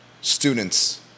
students